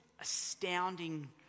astounding